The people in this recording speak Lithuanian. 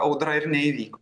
audra ir neįvyko